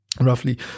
Roughly